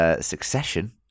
Succession